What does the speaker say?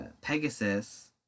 Pegasus